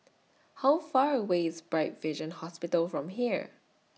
How Far away IS Bright Vision Hospital from here